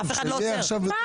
אף אחד לא עוצר.